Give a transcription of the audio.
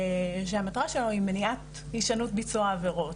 אשר המטרה שלו היא מניעת ישנות ביצוע עבירות